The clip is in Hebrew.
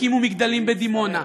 הקימו מגדלים בדימונה,